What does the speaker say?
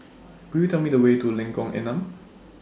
Could YOU Tell Me The Way to Lengkong Enam